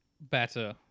better